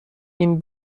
این